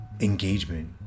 engagement